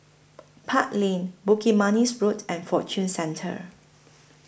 Park Lane Bukit Manis Road and Fortune Centre